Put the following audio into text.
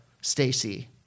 Stacy